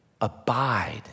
Abide